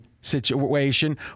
situation